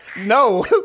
No